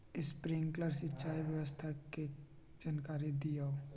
Sprinkler सिंचाई व्यवस्था के जाकारी दिऔ?